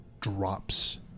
drops